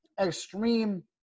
extreme